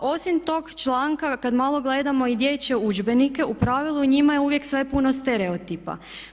A osim tog članka kad malo gledamo i dječje udžbenike, u pravilu u njima je uvijek sve puno stereotipa.